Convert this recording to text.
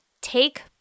take